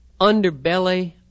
underbelly